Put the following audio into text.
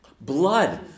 Blood